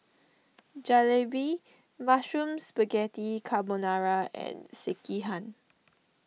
Jalebi Mushroom Spaghetti Carbonara and Sekihan